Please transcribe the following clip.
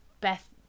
Beth